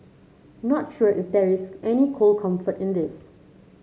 not sure if there is any cold comfort in this